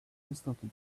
instantly